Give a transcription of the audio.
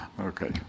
Okay